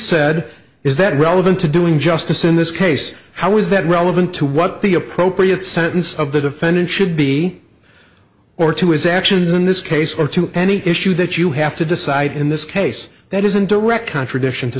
said is that relevant to doing justice in this case how is that relevant to what the appropriate sentence of the defendant should be or to his actions in this case or to any issue that you have to decide in this case that isn't direct contradiction to